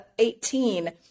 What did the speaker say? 18